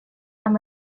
amb